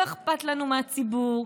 לא אכפת לנו מהציבור.